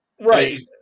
Right